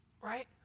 right